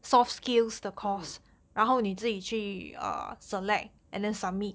mm